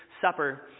supper